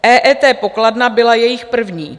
EET pokladna byla jejich první.